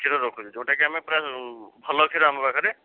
କ୍ଷୀର ରଖୁଛୁ ଯୋଉଟାକି ଆମେ ପୂରା ଭଲ କ୍ଷୀର ଆମ ପାଖରେ